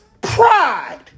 pride